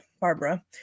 Barbara